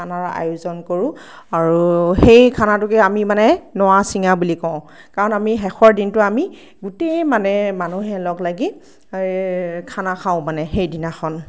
খানাৰ আয়োজন কৰোঁ আৰু সেই খানাটোকে আমি মানে নৰা ছিঙা বুলি কওঁ কাৰণ আমি শেষৰ দিনটো আমি গোটেই মানে মানুহে লগ লাগি খানা খাওঁ মানে সেই দিনাখন